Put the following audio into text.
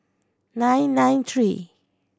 nine nine three